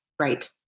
right